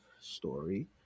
story